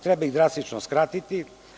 Treba ih drastično skratiti.